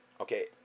Okay